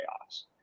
chaos